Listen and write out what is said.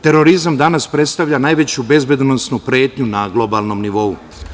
Terorizam danas predstavlja najveću bezbedonosnu pretnju na globalnom nivou.